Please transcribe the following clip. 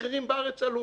כשהמחירים בארץ עולים.